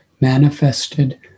manifested